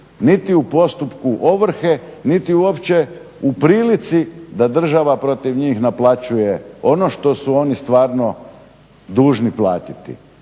niti u postupku ovrhe niti uopće u prilici da država protiv njih naplaćuje ono što su oni stvarno dužni platiti.